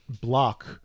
block